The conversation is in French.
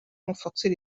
renforcer